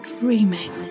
dreaming